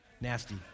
nasty